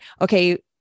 Okay